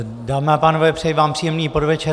Dámy a pánové, přeji vám příjemný podvečer.